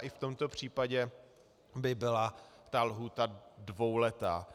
I v tomto případě by byla ta lhůta dvouletá.